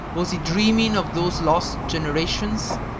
was he dreaming of those lost generations,